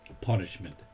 punishment